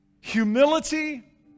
Humility